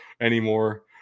anymore